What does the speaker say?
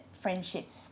friendships